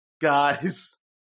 guys